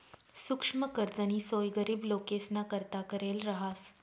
सुक्ष्म कर्जनी सोय गरीब लोकेसना करता करेल रहास